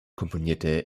komponierte